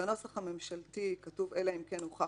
אלא אם כן, התעורר ספק סביר לעניין זה.